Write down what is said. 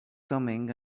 coming